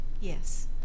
yes